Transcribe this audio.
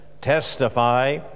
testify—